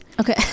Okay